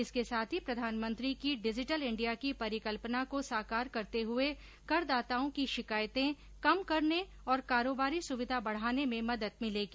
इसके साथ ही प्रधानमंत्री की डिजिटल इंडिया की परिकल्पना को साकार करते हुए करदाताओं की शिकायतें कम करने और कारोबारी सुविधा बढ़ाने में मदद मिलेगी